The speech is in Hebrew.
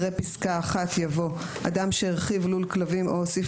אחרי פסקה (1) יבוא: "(1א)אדם שהרחיב לול כלובים או הוסיף